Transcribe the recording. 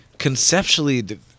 Conceptually